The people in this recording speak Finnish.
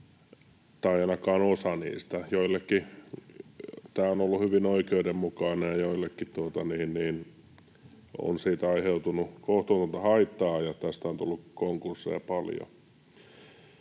tämä tilanne on ollut hyvin oikeudenmukainen, ja joillekin on siitä aiheutunut kohtuutonta haittaa, ja tästä on tullut konkursseja paljon.